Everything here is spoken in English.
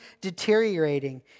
deteriorating